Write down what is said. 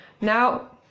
Now